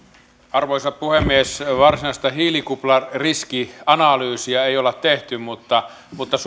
arvoisa puhemies varsinaista hiilikuplariskianalyysia ei ole tehty mutta mutta